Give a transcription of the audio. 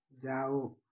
ଯାଅ